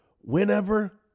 Whenever